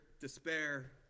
despair